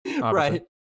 Right